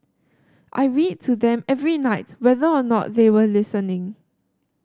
I read to them every night whether or not they were listening